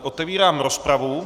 Otevírám rozpravu.